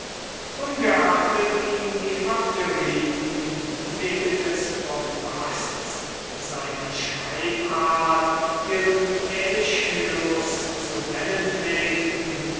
ungeachtet ihn die abderiten wegen des bombasts seiner schreibart ihren aeschylus zu nennen pflegten